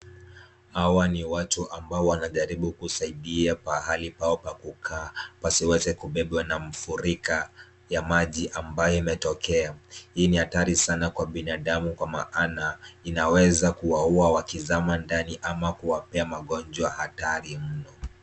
Hawa ni watu ambao wanajaribu kusaidia pahali pao pa kukaa pasiweze kubebwa na mafuriko ya maji ambayo imetokea. Hii ni hatari sana kwa binadamu kwa maana inaweza kuwauwa wakizama ndani ama kuwapea magonjwa hatari mno.